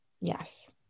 yes